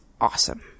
awesome